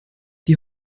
die